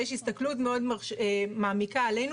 יש הסתכלות מאוד מעמיקה עלינו,